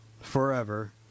forever